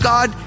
God